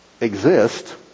exist